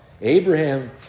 Abraham